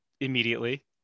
immediately